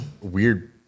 weird